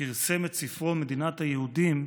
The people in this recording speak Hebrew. פרסם את ספרו מדינת היהודים: